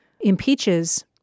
impeaches